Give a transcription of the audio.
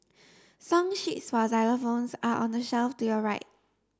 song sheets for xylophones are on the shelf to your right